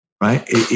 right